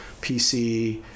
PC